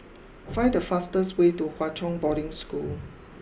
find the fastest way to Hwa Chong Boarding School